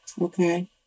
Okay